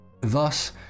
thus